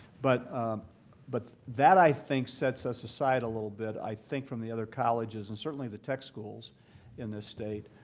but but that i think sets us aside a little bit, i think from the other colleges, and certainly the tech schools in this state,